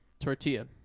tortilla